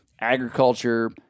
agriculture